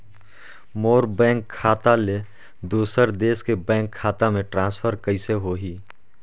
मोर bank खाता ले दुसर देश के बैंक खाता मे ट्रांसफर कइसे होही?